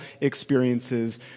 experiences